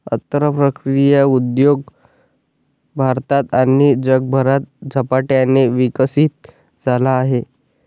अन्न प्रक्रिया उद्योग भारतात आणि जगभरात झपाट्याने विकसित झाला आहे